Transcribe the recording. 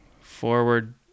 forward